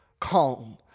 calm